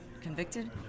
convicted